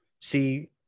see